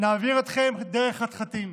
נעביר אתכם דרך חתחתים,